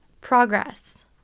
progress